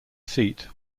seat